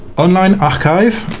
online archive,